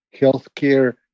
healthcare